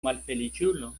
malfeliĉulo